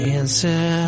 answer